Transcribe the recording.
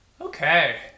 Okay